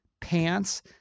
pants